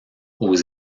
aux